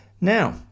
now